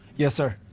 yes, sir.